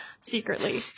secretly